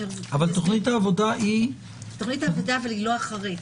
תוכנית העבודה היא לא אחרי.